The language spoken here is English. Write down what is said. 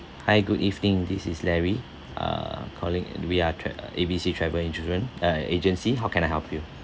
hi good evening this is larry uh calling we are tra~ A B C travel insurance uh agency how can I help you